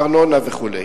הארנונה וכו'.